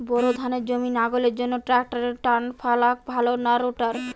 Bore ধানের জমি লাঙ্গলের জন্য ট্রাকটারের টানাফাল ভালো না রোটার?